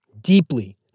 Deeply